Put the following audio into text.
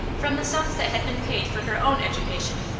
from the sums that had been paid for her own education,